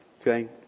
okay